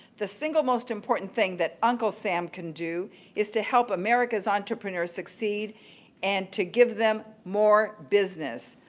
the single most important thing that uncle sam can do is to help america's entrepreneurs succeed and to give them more business.